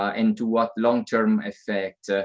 and to what long term effect?